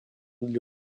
для